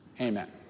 Amen